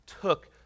took